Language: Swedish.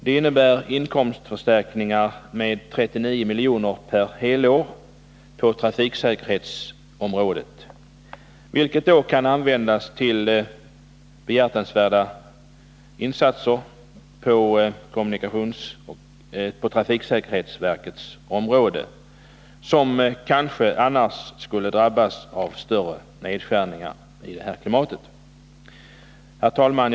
Det innebär inkomstförstärkningar med 39 milj.kr. per helår på trafiksäkerhetens område, och den summan kan då användas till behjärtansvärda insatser på trafiksäkerhetsverkets område, som kanske annars skulle drabbas av större nedskärningar. Herr talman!